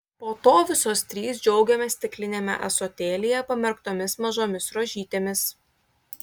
po to visos trys džiaugiamės stikliniame ąsotėlyje pamerktomis mažomis rožytėmis